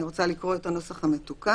אני רוצה לקרוא את הנוסח המתוקן.